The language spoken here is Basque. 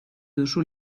duzu